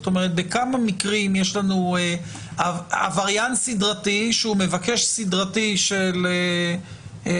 הרי כמה מקרים יש לנו של עבריין סדרתי שהוא גם מבקש סדרתי של הגעה